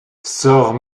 sort